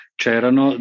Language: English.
c'erano